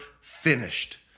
finished